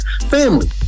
family